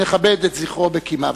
נכבד את זכרו בקימה.